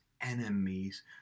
enemies